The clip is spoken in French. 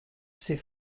ses